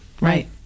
right